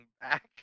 back